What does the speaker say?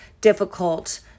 difficult